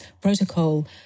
protocol